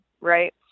right